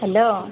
hello